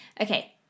okay